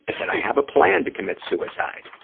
did i have a plan to commit suicide?